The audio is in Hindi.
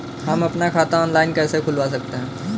हम अपना खाता ऑनलाइन कैसे खुलवा सकते हैं?